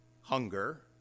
hunger